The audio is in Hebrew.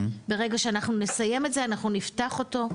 ברגע שאנחנו נסיים את זה, אנחנו נפתח אותו.